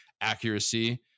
accuracy